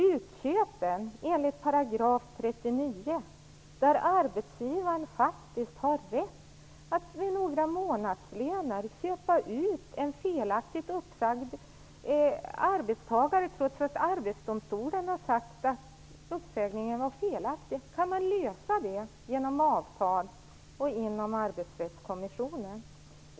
Utköpen - 39 §: Arbetsgivaren har faktiskt rätt att med några månadslöner köpa ut en felaktigt uppsagd arbetstagare, trots att Arbetsdomstolen sagt att uppsägningen var felaktig. Kan man lösa det genom avtal och genom Arbetsrättskommissionen?